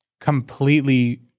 completely